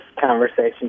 conversation